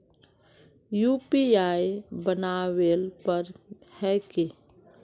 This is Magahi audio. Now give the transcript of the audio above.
यु.पी.आई बनावेल पर है की?